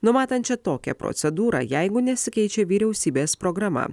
numatančia tokią procedūrą jeigu nesikeičia vyriausybės programa